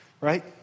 right